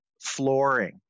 Flooring